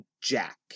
Jack